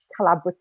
collaborative